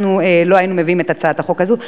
אנחנו לא היינו מביאים את הצעת החוק הזו.